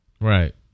Right